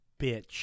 bitch